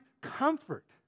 comfort